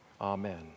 Amen